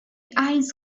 eyes